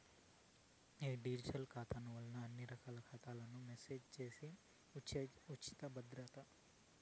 ఈ డిజిటల్ ఖాతాల వల్ల అన్ని రకాల ఖాతాలను మేనేజ్ చేసేది ఉచితం, భద్రం